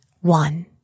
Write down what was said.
one